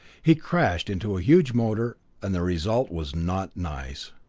he crashed into a huge motor, and the result was not nice.